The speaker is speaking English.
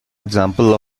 example